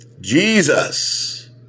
Jesus